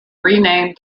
renamed